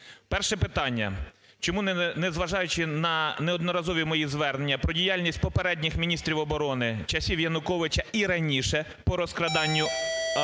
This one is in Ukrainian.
Перше питання, чому незважаючи на неодноразові мої звернення про діяльність попередніх міністрів оборони, часів Януковича і раніше, по розкраданню